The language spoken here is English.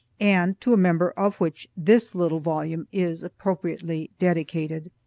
and to a member of which this little volume is appropriately dedicated.